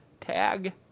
tag